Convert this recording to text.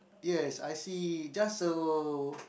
yes I see just a